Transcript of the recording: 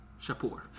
Shapur